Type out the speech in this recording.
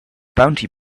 bounty